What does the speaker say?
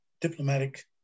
diplomatic